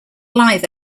live